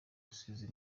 rusizi